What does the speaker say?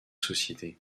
société